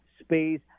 space